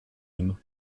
homme